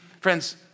friends